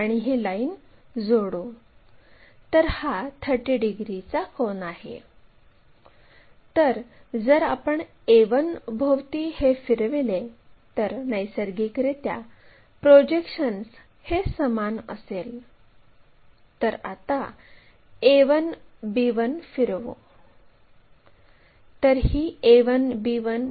यामध्ये 112 degree 113 degree हा फरक दिसत आहे कारण आपण ही आकृती ड्रॉईंग शीटवर काढली आणि आपण हे काढण्याच्या बाबतीत किती सावध आहोत आणि आपण ते कसे प्रोजेक्ट करत आहोत यानुसार या कोनाच्या एक दोन डिग्रीमध्ये नेहमीच चढ उतार होताना दिसतो